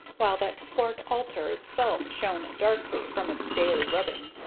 while that swart altar itself shone darkly from its daily rubbing.